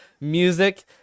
music